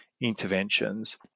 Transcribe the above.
interventions